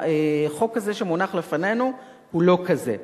שהחוק הזה, שמונח לפנינו, הוא לא כזה.